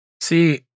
See